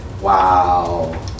Wow